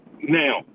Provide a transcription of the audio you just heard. now